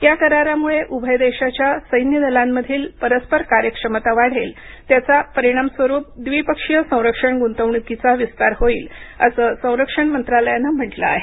या करारामुळे उभय देशाच्या सैन्यदलांमधील परस्पर कार्यक्षमता वाढेल त्याच्या परिणामस्वरूप द्विपक्षीय संरक्षण गुंतवणुकीचा विस्तार होईल असं संरक्षण मंत्रालयाने म्हटलं आहे